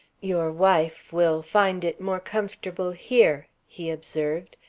your wife will find it more comfortable here, he observed,